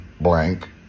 blank